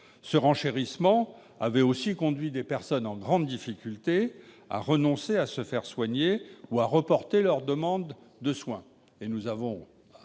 Ce renchérissement a conduit des personnes en grande difficulté à renoncer à se faire soigner, ou à reporter leurs demandes de soins.